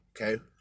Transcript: okay